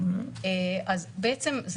זה לא דיאגנוזה, עם כל הכבוד.